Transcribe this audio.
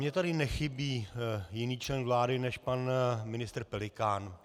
Mně tady nechybí jiný člen vlády než pan ministr Pelikán.